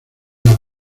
las